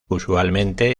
usualmente